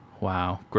Wow